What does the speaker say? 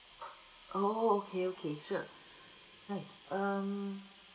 oh okay okay sure nice um